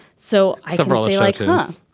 so i really like it. um